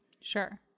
Sure